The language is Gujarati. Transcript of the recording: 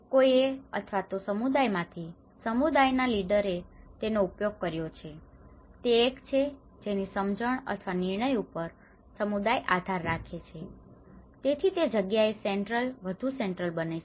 તેથી કોઈએ અથવા તો સમુદાય માંથી સમુદાય ના લીડર એ તેનો ઉપયોગ કર્યો છે તે એક છે જેની સમજણ અથવા નિર્ણય ઉપર સમુદાય આધાર રાખે છે તેથી તે જગ્યાએ સેન્ટ્રલ વધુ સેન્ટ્રલ બને છે